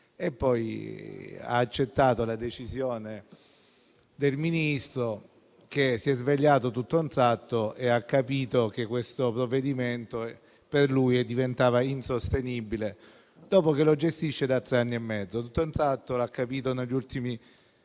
e poi ha accettato la decisione del Ministro, che si è svegliato tutto a un tratto e ha capito che questo provvedimento per lui diventava insostenibile, dopo averlo gestito per tre anni e mezzo. L'ha capito negli ultimi giorni.